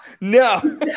No